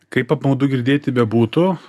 kaip apmaudu girdėti bebūtų